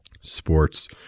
Sports